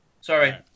Sorry